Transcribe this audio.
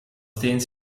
steen